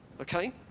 Okay